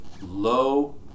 low